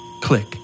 Click